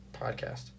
podcast